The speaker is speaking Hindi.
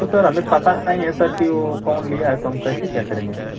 तो सर हमें पता नहीं है सर कि वो कौन लिया है तो हम कैसे क्या करेंगे सर